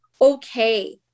okay